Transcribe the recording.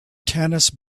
tennis